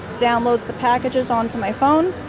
downloads the packages onto my phone.